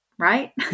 right